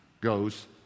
goes